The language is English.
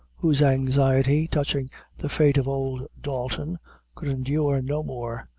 whose anxiety touching the fate of old dalton could endure no more,